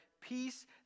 peace